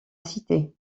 cité